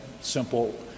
simple